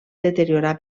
deteriorar